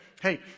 Hey